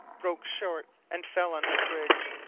broke short, and fell on her bridge,